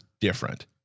different